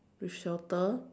with shelter